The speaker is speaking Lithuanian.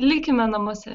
likime namuose